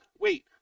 wait